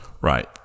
right